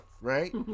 right